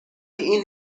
این